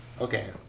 Okay